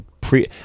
pre